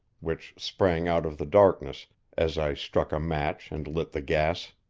which sprang out of the darkness as i struck a match and lit the gas.